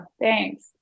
Thanks